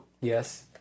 Yes